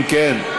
אם כן,